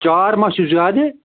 چار مَہ چھُ زیادٕ